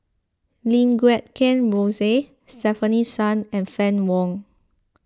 Lim Guat Kheng Rosie Stefanie Sun and Fann Wong